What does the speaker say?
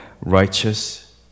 righteous